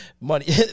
money